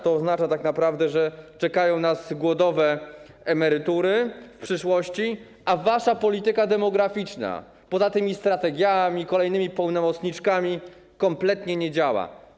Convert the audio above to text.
To oznacza tak naprawdę, że czekają nas głodowe emerytury w przyszłości, a wasza polityka demograficzna, poza tymi strategiami, kolejnymi pełnomocniczkami, kompletnie nie działa.